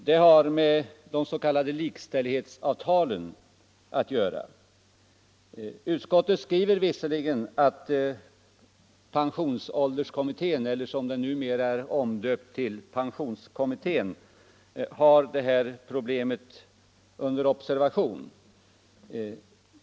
Denna har med de s.k. likställighetsavtalen att göra. Utskottet skriver visserligen att pensionsålderskommittén eller — som den numera är omdöpt till — pensionskommittén har detta problem under observation.